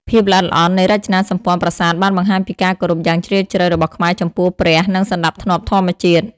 ភាពល្អិតល្អន់នៃរចនាសម្ព័ន្ធប្រាសាទបានបង្ហាញពីការគោរពយ៉ាងជ្រាលជ្រៅរបស់ខ្មែរចំពោះព្រះនិងសណ្តាប់ធ្នាប់ធម្មជាតិ។